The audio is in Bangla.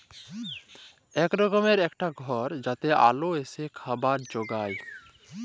ইক রকমের ইকটা ঘর যাতে আল এসে খাবার উগায়